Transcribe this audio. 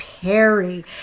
Perry